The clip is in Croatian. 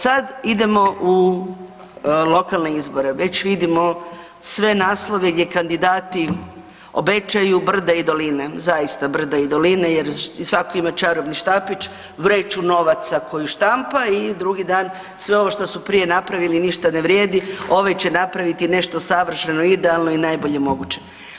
Sad idemo u lokalne izbore, već vidimo sve naslove gdje kandidati obećaju brda i doline, zaista brda i doline jer svako ima čarobni štapić i vreću novaca koju štampa i drugi dan sve ovo što su prije napravili ništa ne vrijedi, ove će napraviti nešto savršeno idealno i najbolje moguće.